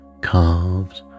carved